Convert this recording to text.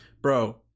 Bro